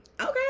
Okay